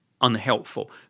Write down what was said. unhelpful